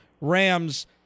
rams